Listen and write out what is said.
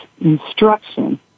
instruction